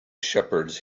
shepherds